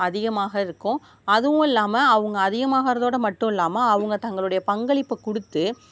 அதிகமாக இருக்கும் அதுவும் இல்லாமல் அவங்க அதிகமாகிறதோட மட்டும் இல்லாமல் அவங்க தங்களுடைய பங்களிப்பை கொடுத்து